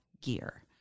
gear